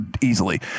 easily